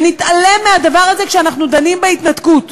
נתעלם מהדבר הזה כשאנחנו דנים בהתנתקות.